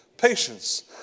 Patience